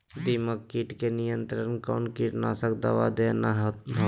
दीमक किट के नियंत्रण कौन कीटनाशक दवा देना होगा?